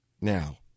now